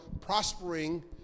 prospering